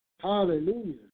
Hallelujah